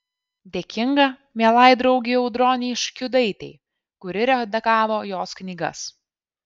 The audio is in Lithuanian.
dėkinga mielai draugei audronei škiudaitei kuri redagavo jos knygas